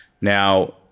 now